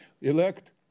elect